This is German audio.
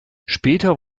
später